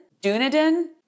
Dunedin